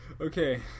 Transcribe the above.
okay